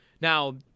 Now